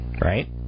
Right